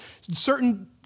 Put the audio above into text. certain